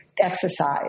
exercise